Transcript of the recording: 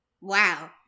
Wow